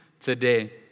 today